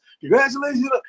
congratulations